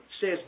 says